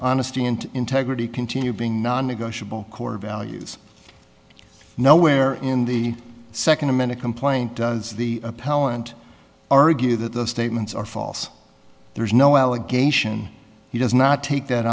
honesty and integrity continue being non negotiable core values nowhere in the second a minute complaint does the appellant argue that the statements are false there's no allegation he does not take that